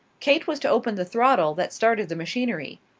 kate was to open the throttle that started the machinery.